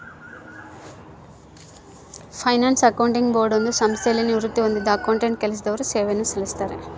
finance accounting board ಒಂದು ಸಂಸ್ಥೆಯಲ್ಲಿ ನಿವೃತ್ತಿ ಹೊಂದಿದ್ದ ಅಕೌಂಟೆಂಟ್ ಕೆಲಸದವರು ಸೇವೆಯನ್ನು ಸಲ್ಲಿಸ್ತರ